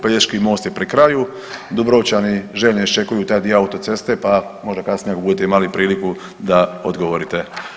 Pelješki most je pri kraju, Dubrovčani željno iščekuju taj dio autoceste pa možda kasnije ako budete imali priliku da odgovorite.